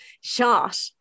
shot